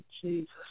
Jesus